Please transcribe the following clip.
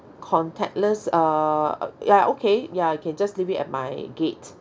contactless err ya okay ya you can just leave it at my gate